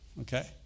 Okay